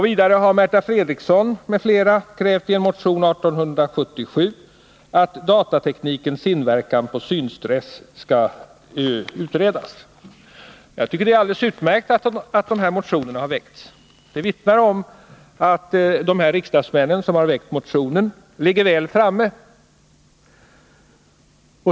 Vidare har Märta Fredrikson m.fl. i motionen 1877 krävt att datateknikens inverkan på synstress skall utredas. Jag tycker att det är alldeles utmärkt att dessa motioner har väckts. Det vittnar om att dessa riksdagsmän ligger väl framme.